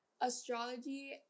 astrology